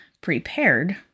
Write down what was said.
prepared